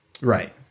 right